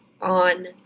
on